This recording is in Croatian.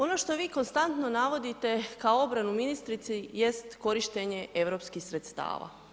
Ono što vi konstantno navodite kao obranu ministrici jest korištenje europskih sredstava.